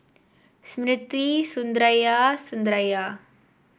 Smriti Sundaraiah Sundaraiah